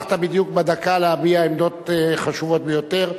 הצלחת בדיוק בדקה להביע עמדות חשובות ביותר.